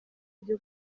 byo